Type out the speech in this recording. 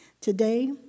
Today